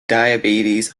diabetes